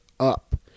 up